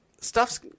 Stuff's